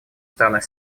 странах